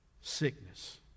sickness